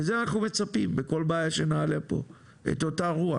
ולזה אנחנו מצפים בכל בעיה שנעלה פה, את אותה רוח.